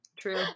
True